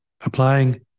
applying